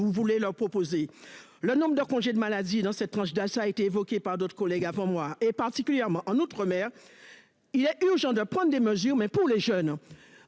vous voulez leur proposer le nombre de congés de maladie dans cette tranche d'Assas été évoquée par d'autres collègues avant moi et particulièrement en outre-mer. Il est urgent de prendre des mesures mais pour les jeunes.